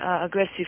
aggressive